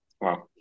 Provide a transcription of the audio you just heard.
Wow